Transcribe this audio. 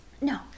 No